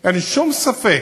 אין לי שום ספק